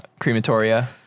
crematoria